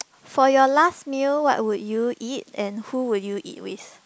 for your last meal what would you eat and who would you eat with